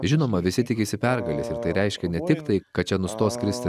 žinoma visi tikisi pergalės ir tai reiškia ne tik tai kad čia nustos kristi